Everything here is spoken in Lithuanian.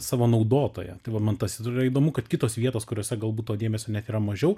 savo naudotoją tai va man tas yra įdomu kad kitos vietos kuriose galbūt to dėmesio net yra mažiau